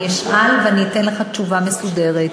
אני אשאל ואני אתן לך תשובה מסודרת.